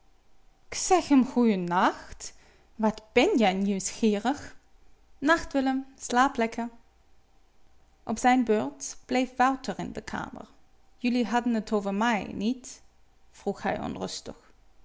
zeg hem goeien nacht wat ben jij nieuwsgierig nacht willem slaap lekker op zijn beurt bleef wouter in de kamer jullie hadden t over mij niet vroeg hij onrustig